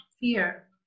fear